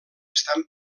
estan